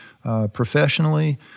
Professionally